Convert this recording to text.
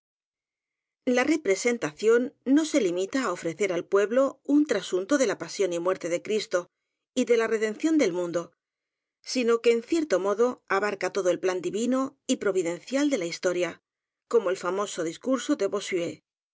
la representación no se limita á ofrecer al pue blo un trasunto de la pasión y muerte de cristo y de la redención del mundo sino que en cierto modo abarca todo el plan divino y providencial de la historia como el famoso discurso de